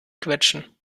quetschen